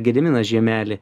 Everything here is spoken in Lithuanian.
gediminą žiemelį